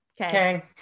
Okay